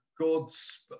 god's